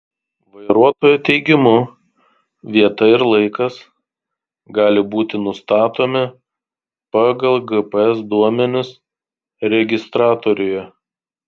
vairuotojo teigimu vieta ir laikas gali būti nustatomi pagal gps duomenis registratoriuje